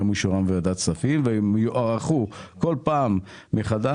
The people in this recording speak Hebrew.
מיום אישורם בוועדת הכספים והם יוארכו כל פעם מחדש